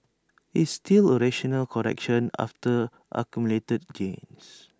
it's still A rational correction after accumulated gains